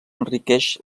enriqueix